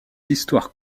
histoires